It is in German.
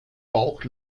bauch